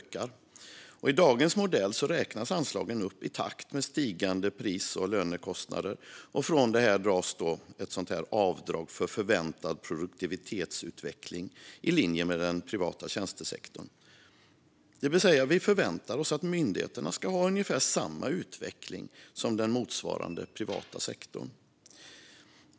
Riksrevisionens rapport om den årliga omräkningen av myn-digheternas anslag I dagens modell räknas anslagen upp i takt med stigande priser och lönekostnader, och från detta görs ett avdrag för förväntad produktivitetsutveckling i linje med den privata tjänstesektorn. Det vill säga att vi förväntar oss att myndigheterna ska ha ungefär samma utveckling som motsvarande privata sektor.